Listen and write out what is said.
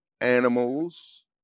animals